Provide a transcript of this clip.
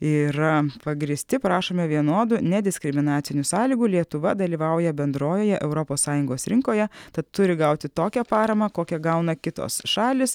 yra pagrįsti prašome vienodų nediskriminacinių sąlygų lietuva dalyvauja bendrojoje europos sąjungos rinkoje tad turi gauti tokią paramą kokią gauna kitos šalys